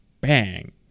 bang